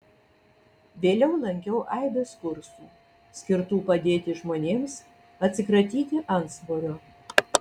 vėliau lankiau aibes kursų skirtų padėti žmonėms atsikratyti antsvorio